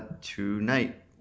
tonight